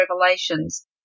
revelations